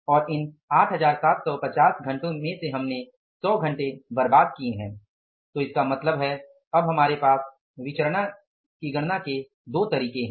और इन 8750 घंटों में से हमने 100 घंटे बर्बाद किए हैं तो इसका मतलब है अब हमारे पास विचरणो की गणना करने के दो तरीके हैं